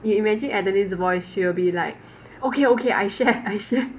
you imagine adeline's voice she'll be like okay okay I share share I share